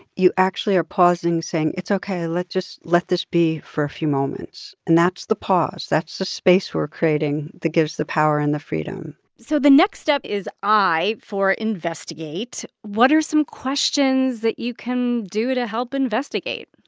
you actually are pausing, saying, it's ok. let's just let this be for a few moments. and that's the pause. that's the space we're creating that gives the power and the freedom so the next step is i for investigate. what are some questions that you can do to help investigate?